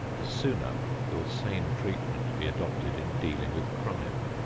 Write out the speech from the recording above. the sooner will sane treatment be adopted in dealing with crime.